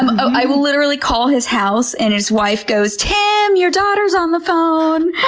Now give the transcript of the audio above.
um i will literally call his house and his wife goes, tim, your daughter's on the phone!